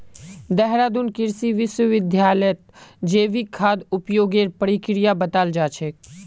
देहरादून कृषि विश्वविद्यालयत जैविक खाद उपयोगेर प्रक्रिया बताल जा छेक